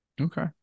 Okay